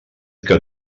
que